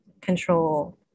control